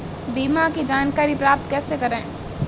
बीमा की जानकारी प्राप्त कैसे करें?